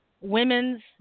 women's